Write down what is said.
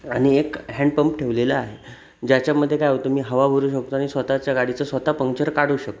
आणि एक हँडपंप ठेवलेलं आहे ज्याच्यामध्ये काय होतं मी हवा भरू शकतो आणि स्वतःच्या गाडीचं स्वतः पंक्चर काढू शकतो